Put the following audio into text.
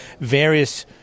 various